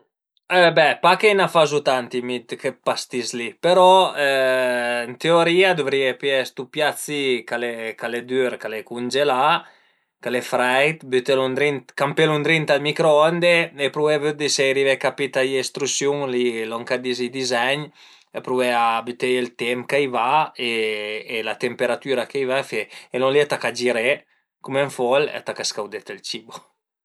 Pa che 'na fazu tanti mi dë chi pastis li, però ën teorìa dëvrìa pìé stu piat si ch'al e dür, ch'al e cungelà, ch'al e freit, bütelu ëndrinta, campelu ëndrinta al microonde e pruvé a vëddi se i arive a capì da le instrüsiun lon ch'a dis i dizegn e pruvé a büteie ël temp ch'a i va e la temperatüra ch'a i va a fe e lon li a taca a giré cum ën fol e a taca a scaudete ël cibo